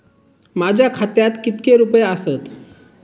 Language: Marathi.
माझ्या खात्यात कितके रुपये आसत?